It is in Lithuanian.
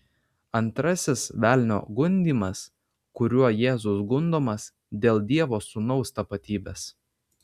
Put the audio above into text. antrasis velnio gundymas kuriuo jėzus gundomas dėl dievo sūnaus tapatybės